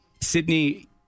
Sydney